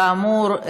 כאמור,